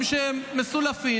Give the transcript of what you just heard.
הם מלאים בפופוליזם,